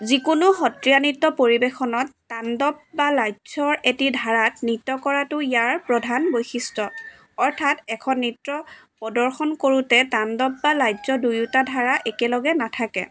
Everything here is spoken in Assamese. যিকোনো সত্ৰীয়া নৃত্য পৰিৱেশনত তাণ্ডৱ বা লাস্যৰ এটি ধাৰাত নৃত্য কৰাটো ইয়াৰ প্ৰধান বৈশিষ্ট্য অৰ্থাৎ এখন নৃত্য প্ৰদৰ্শন কৰোতে তাণ্ডৱ বা লাস্য দুয়োটা ধাৰা একেলগে নাথাকে